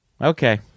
Okay